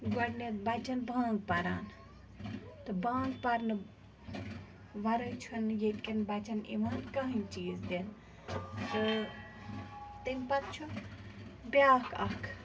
گۄڈٕنٮ۪تھ بَچَن بانٛگ پران تہٕ بانٛگ پرنہٕ وَرٲے چھُنہٕ ییٚتہِ کٮ۪ن بَچَن یِوان کٕہٕنۍ چیٖز دِنہٕ تہٕ تَمہِ پَتہٕ چھُ بیٛاکھ اَکھ